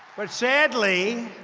but sadly,